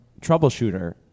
troubleshooter